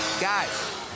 Guys